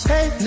Hey